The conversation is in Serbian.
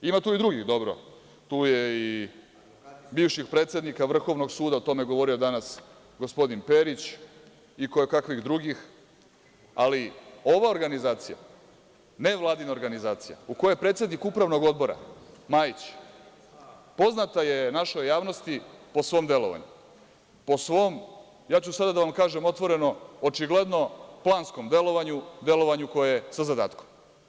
Ima tu i drugih, dobro, bivših predsednika Vrhovnog suda, o tome je govorio danas gospodin Perić i kojekavih drugih, ali ova organizacija, nevladina organizacija u kojoj je predsednik Upravnog odbora Majić, poznata je našoj javnosti po svom delovanju, po svom, ja ću vam reći otvoreno, očigledno, planskom delovanju koje je sa zadatkom.